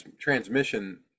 transmission